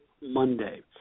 Monday